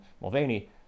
Mulvaney